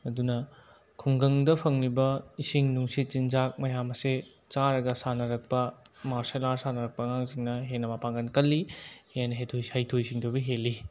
ꯑꯗꯨꯅ ꯈꯨꯡꯒꯪꯗ ꯐꯪꯂꯤꯕ ꯏꯁꯤꯡ ꯅꯨꯡꯁꯤꯠ ꯆꯤꯟꯖꯥꯛ ꯃꯌꯥꯝ ꯑꯁꯦ ꯆꯥꯔꯒ ꯁꯥꯟꯅꯔꯛꯄ ꯃꯥꯔꯁꯤꯌꯦꯜ ꯑꯥꯔꯠ ꯁꯥꯟꯅꯔꯛꯄ ꯑꯉꯥꯡꯁꯤꯡꯅ ꯍꯦꯟꯅ ꯃꯄꯥꯡꯒꯜ ꯀꯜꯂꯤ ꯍꯦꯟꯅ ꯍꯩꯊꯣꯏ ꯍꯩꯊꯣꯏ ꯁꯤꯡꯊꯣꯏꯕ ꯍꯦꯜꯂꯤ